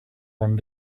one